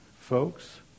folks